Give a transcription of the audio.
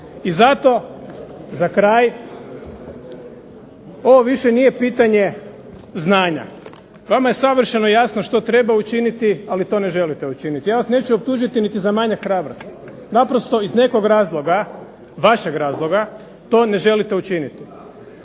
I zato za kraj ovo više nije pitanje znanja. Vama je savršeno jasno što treba učiniti, ali to ne želite učiniti. Ja vas neću optužiti niti za manjak hrabrosti. Naprosto iz nekog razloga, vašeg razloga to ne želite učiniti.